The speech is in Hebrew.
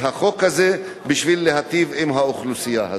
החוק הזה בשביל להיטיב עם האוכלוסייה הזאת.